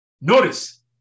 Notice